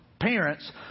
parents